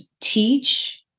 teach